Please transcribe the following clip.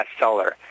bestseller